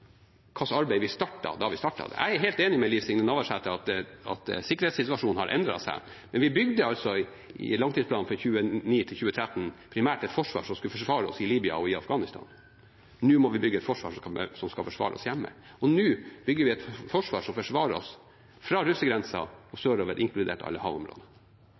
arbeid vi startet da vi startet det. Jeg er helt enig med Liv Signe Navarsete i at sikkerhetssituasjonen har endret seg, men vi bygde i forbindelse med langtidsplanen for 2009–2012 primært et forsvar som skulle forsvare oss i Libya og i Afghanistan. Nå må vi bygge et forsvar som skal forsvare oss hjemme. Nå bygger vi et forsvar som forsvarer oss fra russegrensa og sørover, inkludert alle havområdene.